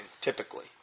typically